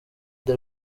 the